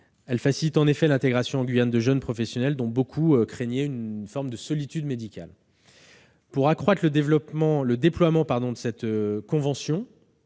Elle facilite en effet l'intégration en Guyane de jeunes professionnels dont beaucoup craignaient une forme de solitude médicale. Pour accroître le déploiement de cette convention,